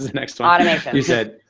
next one? automation. you said,